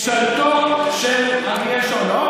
בממשלתו של אריאל שרון,